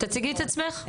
תציגי את עצמך לפרוטוקול.